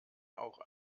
auch